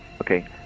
Okay